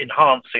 enhancing